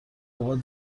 اوقات